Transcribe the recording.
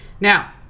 Now